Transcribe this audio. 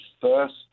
first